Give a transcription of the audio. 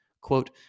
Quote